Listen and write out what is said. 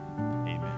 Amen